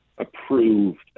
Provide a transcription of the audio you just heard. Approved